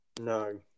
No